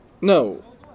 No